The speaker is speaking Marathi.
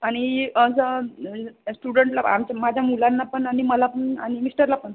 आणि असं स्टुडंटना माझ्या मुलांना पण आणि मला पण आणि मिस्टरला पण